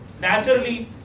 Naturally